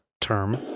term